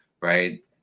right